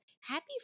Happy